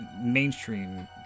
mainstream